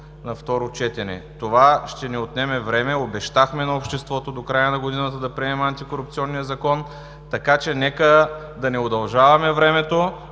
на второ четене. Това ще ни отнеме време. Обещахме на обществото до края на годината да приемем Антикорупционния закон, така че нека да не удължаваме времето,